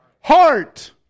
heart